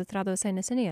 atsirado visai neseniai